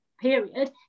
period